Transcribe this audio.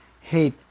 hate